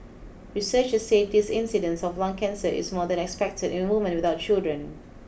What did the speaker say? researchers said this incidence of lung cancer is more than expected in woman without children